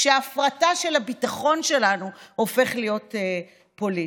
כשההפרטה של הביטחון שלנו הופכת להיות פוליטית.